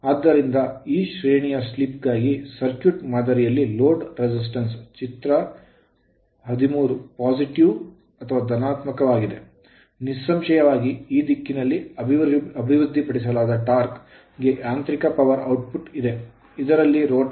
ಆದ್ದರಿಂದ ಈ ಶ್ರೇಣಿಯ ಸ್ಲಿಪ್ ಗಾಗಿ ಸರ್ಕ್ಯೂಟ್ ಮಾದರಿಯಲ್ಲಿ ಲೋಡ್ resistance ಪ್ರತಿರೋಧ ಚಿತ್ರ 13 positive ಧನಾತ್ಮಕ ವಾಗಿದೆ ನಿಸ್ಸಂಶಯವಾಗಿ ಈ ದಿಕ್ಕಿನಲ್ಲಿ ಅಭಿವೃದ್ಧಿಪಡಿಸಲಾದ torque ಟಾರ್ಕ್ ಗೆ ಯಾಂತ್ರಿಕ ಪವರ್ ಔಟ್ಪುಟ್ ಇದೆ ಇದರಲ್ಲಿ ರೋಟರ್ ತಿರುಗುತ್ತದೆ